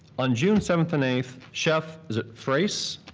on june seventh and eighth, chef, is it frase?